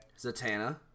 Zatanna